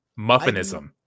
Muffinism